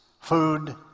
food